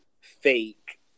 fake